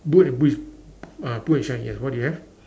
boot and boot uh boot and shine yes what do you have